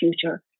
future